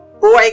boy